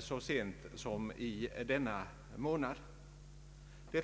så sent som denna månad.